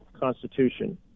Constitution